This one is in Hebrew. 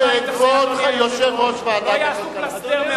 לא יעשו פלסתר את